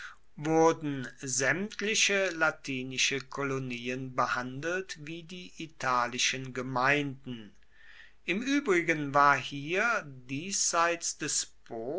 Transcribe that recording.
wurden sämtliche latinische kolonien behandelt wie die italischen gemeinden im übrigen war hier diesseits des